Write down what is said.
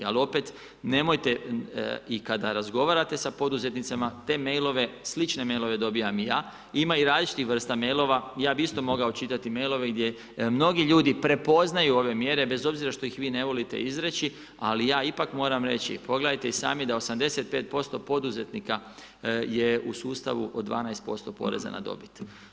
Ali, opet, nemojte i kada razgovarate s poduzetnicama, te majlove, slične majlove dobivam i ja, ima i različitih vrsta mailova, ja bi isto mogao čitati mailove, gdje mnogi ljudi prepoznaju ove mjere bez obzira što vi ne volite izreći, ali ja ipak moram reći, pogledajte i sami da 85% poduzetnika je u sustavu od 12% poreza na dobit.